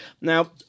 Now